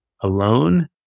alone